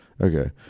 Okay